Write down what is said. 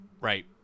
right